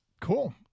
Cool